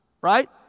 right